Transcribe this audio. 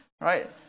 right